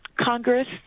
Congress